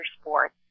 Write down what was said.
sports